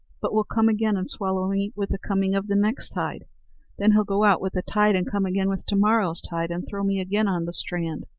but will come again and swallow me with the coming of the next tide then he'll go out with the tide, and come again with tomorrow's tide, and throw me again on the strand.